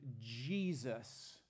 Jesus